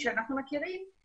בטח בתקופה הזו של מעבר.